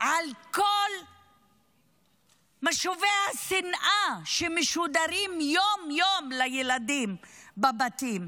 על כל משובי השנאה שמשודרים יום-יום לילדים בבתים.